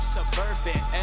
Suburban